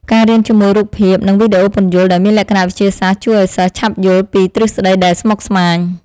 ការរៀនជាមួយរូបភាព និងវីដេអូពន្យល់ដែលមានលក្ខណៈវិទ្យាសាស្ត្រជួយឱ្យសិស្សឆាប់យល់ពីទ្រឹស្តីដែលស្មុគស្មាញ។